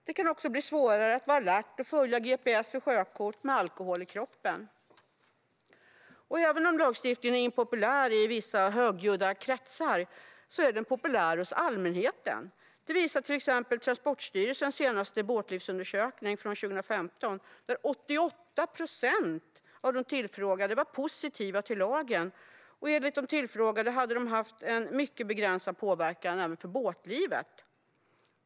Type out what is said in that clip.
Det kan också bli svårare att vara alert och följa gps och sjökort med alkohol i kroppen. Även om lagstiftningen är impopulär i vissa högljudda kretsar är den populär hos allmänheten. Detta visar till exempel Transportstyrelsens senaste båtlivsundersökning från 2015, där 88 procent av de tillfrågade var positiva till lagen. Enligt de frågade hade den haft en mycket begränsad påverkan på båtlivet.